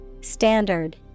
Standard